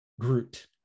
Groot